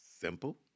simple